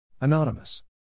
Anonymous